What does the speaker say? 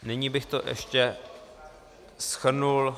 Nyní bych to ještě shrnul.